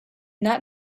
that